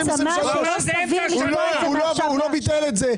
לא ביטל את זה.